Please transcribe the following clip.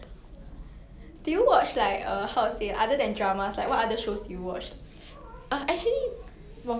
like 我比较喜欢看这种戏 right 因为他们的 plot line 不是 like 你每个